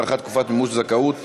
הארכת תקופת מימוש הזכאות לפיקדון),